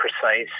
precise